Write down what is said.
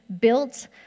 built